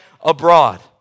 abroad